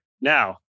Now